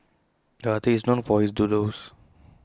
the artist is known for his doodles